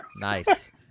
Nice